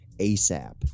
ASAP